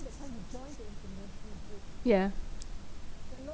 yeah